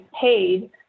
paid